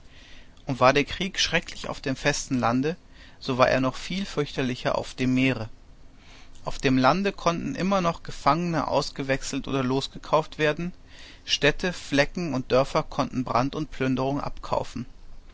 und war der krieg schrecklich auf dem festen lande so war er noch viel fürchterlicher auf dem meere auf dem lande konnten immer noch gefangene ausgewechselt oder losgekauft werden städte flecken und dörfer konnten brand und plünderung abkaufen